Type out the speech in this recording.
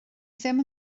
ddim